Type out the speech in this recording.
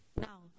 Now